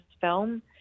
film